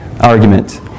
argument